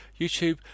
YouTube